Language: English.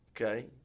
okay